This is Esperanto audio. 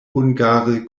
hungare